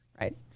right